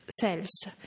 cells